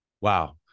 Wow